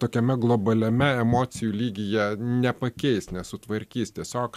tokiame globaliame emocijų lygyje nepakeis nesutvarkys tiesiog